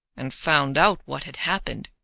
and found out what had happened,